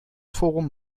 forum